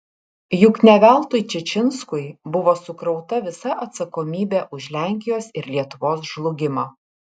juk ne veltui čičinskui buvo sukrauta visa atsakomybė už lenkijos ir lietuvos žlugimą